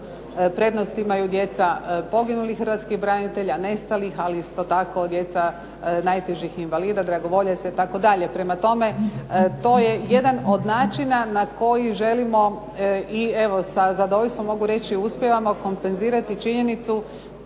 prednost imaju djeca poginulih hrvatskih branitelja, nestalih, ali isto tako djeca najtežih invalida, dragovoljaca itd. Prema tome, to je jedan od načina na koji želimo i evo sa zadovoljstvom mogu reći, uspijevamo kompenzirati činjenicu